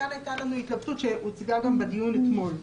כאן הייתה לנו התלבטות שגם הוצגה אתמול בדיון.